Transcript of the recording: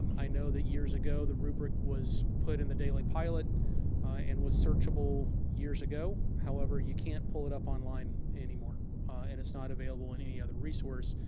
i know that years ago the rubric was put in the daily pilot and was searchable years ago. however, you can't pull it up online anymore and it's not available in any other resource.